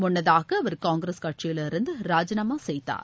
முன்னதாகஅவர் Congress கட்சியிலிருந்துராஜினாமாசெய்தார்